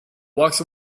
walks